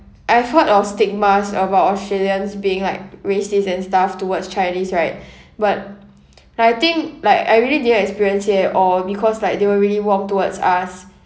I've heard of stigmas about australians being like racist and stuff towards chinese right but like I think like I really didn't experience it at all because like they were really warm towards us